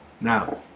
Now